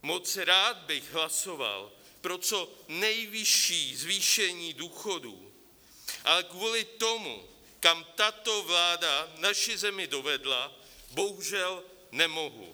Moc rád bych hlasoval pro co nejvyšší zvýšení důchodů, ale kvůli tomu, kam tato vláda naši zemi dovedla, bohužel nemohu.